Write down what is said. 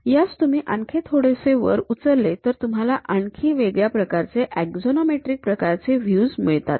यास तुम्ही आणखी थोडेसे वर उचलले तर तुम्हाला आणखी वेगळ्या प्रकारचे अक्झॉनॉमेट्रीक प्रकारचे व्ह्यूज मिळतात